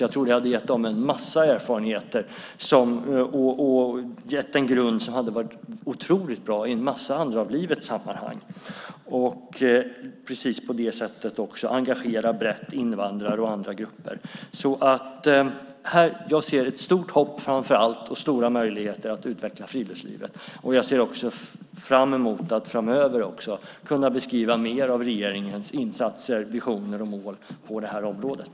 Jag tror att det hade gett dem en massa erfarenheter och en grund som hade varit otroligt bra i en massa andra av livets sammanhang. På det sättet kan man också brett engagera invandrare och andra grupper. Jag ser framför allt ett stort hopp och stora möjligheter att utveckla friluftslivet. Jag ser också fram emot att framöver kunna beskriva mer av regeringens insatser, visioner och mål på det här området.